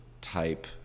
type